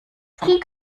vom